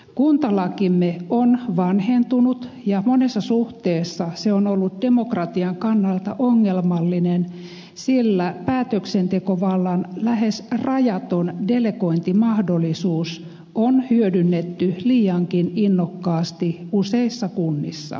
kuntalakimme on vanhentunut ja monessa suhteessa se on ollut demokratian kannalta ongelmallinen sillä päätöksentekovallan lähes rajaton delegointimahdollisuus on hyödynnetty liiankin innokkaasti useissa kunnissa